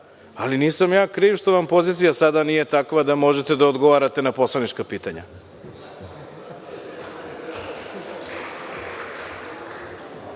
ali nisam ja kriv što vam pozicija nije sada takva da možete da odgovarate na poslanička pitanja. Zamolio